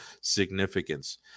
significance